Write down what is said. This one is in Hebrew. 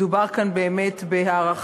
מדובר כאן באמת בהארכת